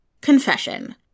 Confession